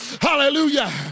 hallelujah